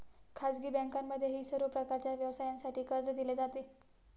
खाजगी बँकांमध्येही सर्व प्रकारच्या व्यवसायासाठी कर्ज दिले जाते